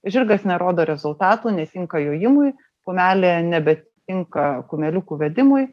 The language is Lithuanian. žirgas nerodo rezultatų netinka jojimui kumelė nebe tinka kumeliukų vedimui